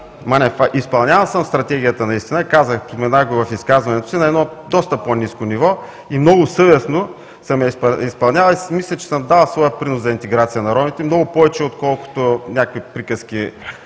Манев, изпълнявал съм Стратегията наистина – споменах го в изказването си, на едно доста по-ниско ниво. Много съвестно съм я изпълнявал и си мисля, че съм дал своя принос за интеграция на ромите много повече отколкото някои, които